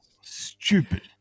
Stupid